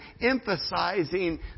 emphasizing